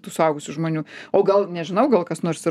tų suaugusių žmonių o gal nežinau gal kas nors ir